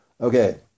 Okay